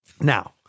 Now